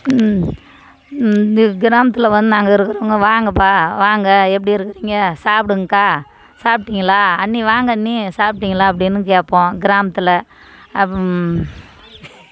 இது கிராமத்தில் வந்து நாங்கள் இருக்கிறவங்க வாங்கப்பா வாங்க எப்படி இருக்குறீங்க சாப்பிடுங்ககா சாப்பிடிங்களா அண்ணி வாங்க அண்ணி சாப்பிடிங்களா அப்படின்னு கேட்போம் கிராமத்தில்